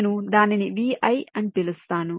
నేను దానిని Vi అని పిలుస్తాను